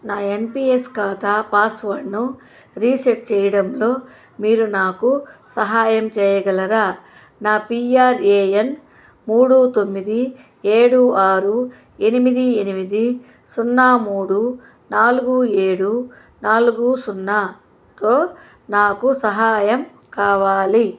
నా N P S ఖాతా పాస్వర్డ్ను రీసెట్ చేయడంలో మీరు నాకు సహాయం చేయగలరా నా పీ ఆర్ ఏ ఎన్ మూడు తొమ్మిది ఏడు ఆరు ఎనిమిది ఎనిమిది సున్నా మూడు నాలుగు ఏడు నాలుగు సున్నా తో నాకు సహాయం కావాలి